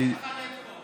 יש לך לב טוב.